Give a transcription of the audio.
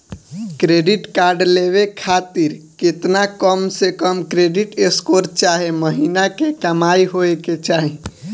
Credit card लेवे खातिर केतना कम से कम क्रेडिट स्कोर चाहे महीना के कमाई होए के चाही?